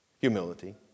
Humility